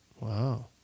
Wow